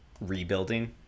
rebuilding